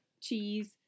cheese